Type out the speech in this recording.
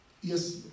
Yes